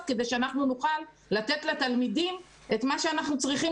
כדי שאנחנו נוכל לתת לתלמידים את מה שאנחנו צריכים